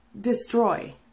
destroy